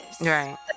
Right